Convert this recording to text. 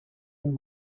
and